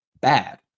bad